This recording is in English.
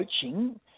coaching